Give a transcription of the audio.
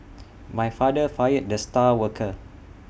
my father fired the star worker